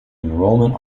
enrollment